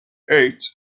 eight